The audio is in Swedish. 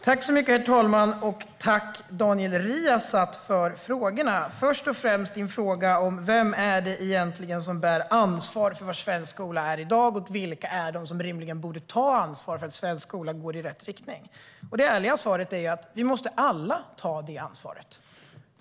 Herr talman! Tack, Daniel Riazat, för frågorna! Först och främst har vi frågan om vem det egentligen är som bär ansvaret för var svensk skola är i dag och vilka det är som rimligen borde ta ansvar för att svensk skola går i rätt riktning. Det ärliga svaret är att vi alla måste ta det ansvaret.